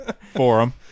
forum